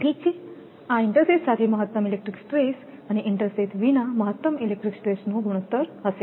ઠીક છે આ ઇન્ટરસેથ સાથે મહત્તમ ઇલેક્ટ્રિક સ્ટ્રેસ અને ઇન્ટરસેથ વિના મહત્તમ ઇલેક્ટ્રિક સ્ટ્રેસનો ગુણોત્તર હશે